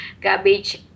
garbage